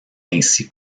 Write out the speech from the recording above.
ainsi